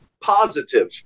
positive